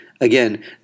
again